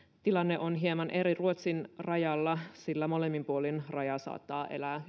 tilanne on hieman eri ruotsin rajalla sillä molemmin puolin rajaa saattaa elää